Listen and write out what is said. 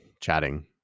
chatting